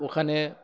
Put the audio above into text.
ওখানে